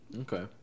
Okay